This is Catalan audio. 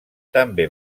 també